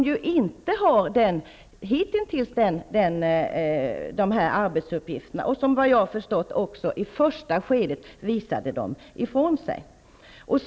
Den har ju hitintills inte haft dessa uppgifter och visade dem också i första skedet ifrån sig, såvitt jag har förstått.